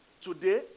Today